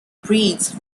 breeds